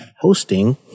hosting